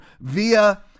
via